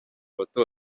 bato